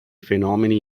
fenomeni